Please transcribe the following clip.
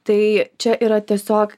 tai čia yra tiesiog